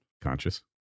Conscious